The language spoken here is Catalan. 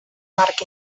marc